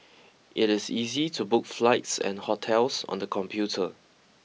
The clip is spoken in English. it is easy to book flights and hotels on the computer